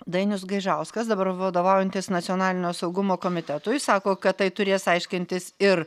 dainius gaižauskas dabar vadovaujantis nacionalinio saugumo komitetui sako kad tai turės aiškintis ir